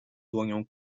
dłonią